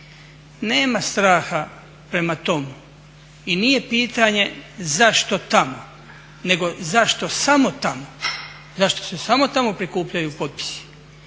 Nema straha prema tome i nije pitanje zašto tamo, nego zašto samo tamo, zašto se samo tamo prikupljaju potpisi.